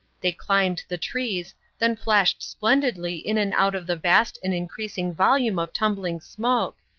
they climbed the trees, then flashed splendidly in and out of the vast and increasing volume of tumbling smoke,